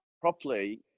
properly